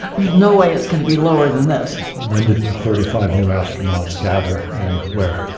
there's no way it's going to be lower than this. when did the thirty five new astronauts gather, and where?